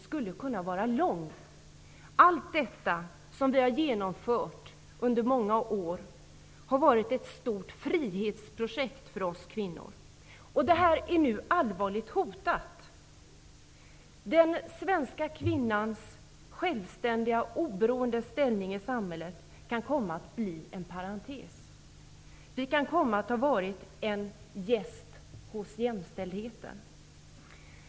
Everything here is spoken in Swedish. Listan över allt det som vi har genomfört under många år och som har inneburit ett stort frihetsprojekt för oss kvinnor kan göras mycket lång. Detta är nu allvarligt hotat. Den svenska kvinnans självständiga och oberoende ställning i samhället kan komma att bli en parentes. Kvinnan har kanske bara varit gäst hos jämställdheten.